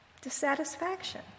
dissatisfaction